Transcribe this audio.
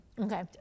Okay